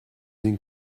این